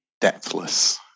depthless